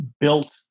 built